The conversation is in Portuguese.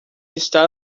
está